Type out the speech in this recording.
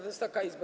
Wysoka Izbo!